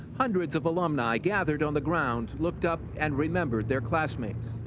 hundreds of alumni gathered on the ground, looked up, and remembered their classmates.